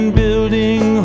building